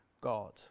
god